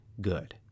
good